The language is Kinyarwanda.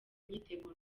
imyiteguro